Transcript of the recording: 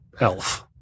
Elf